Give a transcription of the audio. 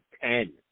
ten